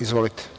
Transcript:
Izvolite.